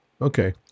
Okay